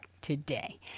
today